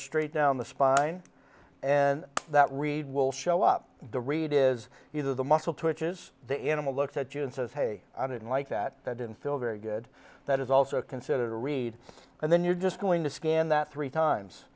straight down the spine and that reed will show up the reed is either the muscle twitches the animal looks at you and says hey i didn't like that i didn't feel very good that is also considered a read and then you're just going to scan that three times